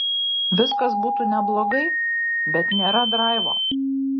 viskas būtų neblogai bet nėra draivo